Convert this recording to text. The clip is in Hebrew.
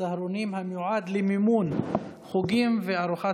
צהרונים המיועד למימון חוגים וארוחת